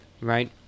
right